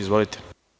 Izvolite.